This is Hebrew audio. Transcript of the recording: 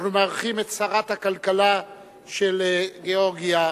אנחנו מארחים את שרת הכלכלה של גאורגיה,